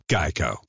Geico